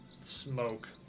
smoke